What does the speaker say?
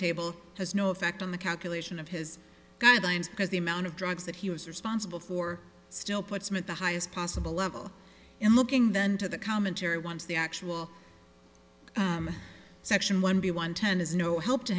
table has no effect on the calculation of his guidelines because the amount of drugs that he was responsible for still puts him at the highest possible level in looking then to the commentary once the actual section one b one ten is no help to